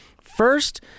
First